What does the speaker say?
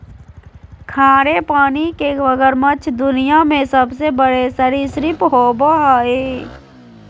खारे पानी के मगरमच्छ दुनिया में सबसे बड़े सरीसृप होबो हइ